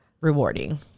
rewarding